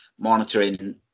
monitoring